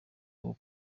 uwo